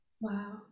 wow